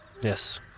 Yes